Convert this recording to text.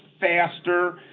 faster